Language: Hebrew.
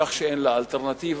בכך שאין לה אלטרנטיבה,